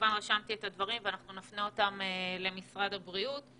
כמובן שרשמתי את הדברים ונפנה אותם למשרד הבריאות.